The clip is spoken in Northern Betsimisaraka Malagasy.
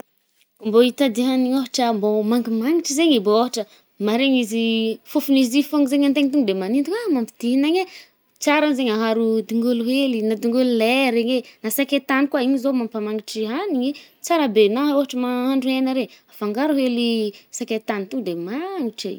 Mbô itady hanigny ôhatra mbô mangi-magnitry zaigny e, mbô ôhatra maregny izy ih, fofon’izi fôgna zagny an-tegna to nde manintogna, ah mampite ihinagna e, tsara zaigny aharo dingolo hely, na dingolo ley regny e, saketany koà igny zao mampamangitry hanigny i, tsara be. Na ôhatry mahandro hegna re, afangaro hely saketany to de magnitry i.